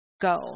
go